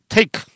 Take